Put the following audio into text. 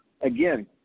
again